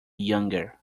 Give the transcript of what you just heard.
younger